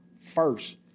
first